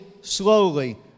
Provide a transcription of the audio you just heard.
slowly